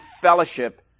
fellowship